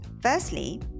Firstly